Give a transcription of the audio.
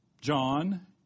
John